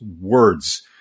words